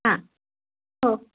हां हो